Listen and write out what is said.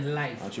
life